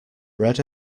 bread